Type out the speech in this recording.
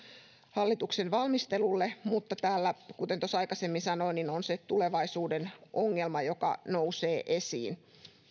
hallituksen valmistelulle mutta täällä kuten tuossa aikaisemmin sanoin on se tulevaisuuden ongelma joka nousee esiin